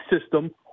system